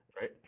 right